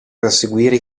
perseguire